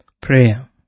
Prayer